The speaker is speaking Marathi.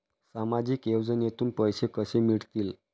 सामाजिक योजनेतून पैसे कसे मिळतील?